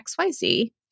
XYZ